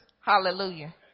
hallelujah